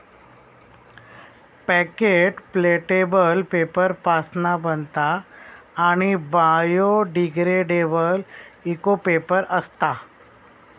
packet प्लॅटेबल paper पासना बनता आणि बायोडिग्रेडेबल इको पेपर असता